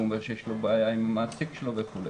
והוא אומר שיש לו בעיה עם המעסיק שלו וכולי.